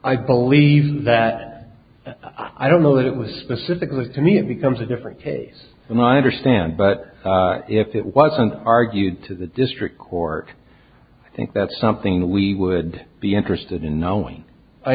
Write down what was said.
i believe that i don't know that it was specifically to me it becomes a different case and i understand but if it wasn't argued to the district court i think that's something we would be interested in knowing i